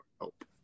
help